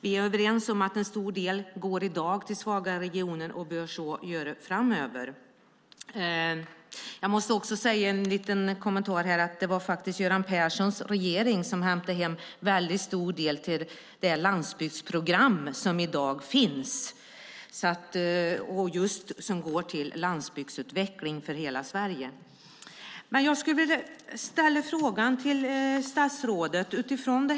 Vi är överens om att en stor del i dag går till svaga regioner och bör så göra även framöver. Jag måste komma med en liten kommentar, nämligen att det faktiskt var Göran Perssons regering som hämtade hem en stor del till det landsbygdsprogram som i dag finns, pengar som går till landsbygdsutvecklingen i hela Sverige. Jag skulle vilja ställa en fråga till statsrådet.